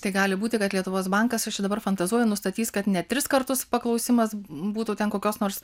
tai gali būti kad lietuvos bankas aš čia dabar fantazuoju nustatys kad net tris kartus paklausimas būtų ten kokios nors